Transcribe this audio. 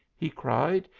he cried,